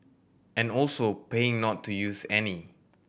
and also paying not to use any